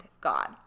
God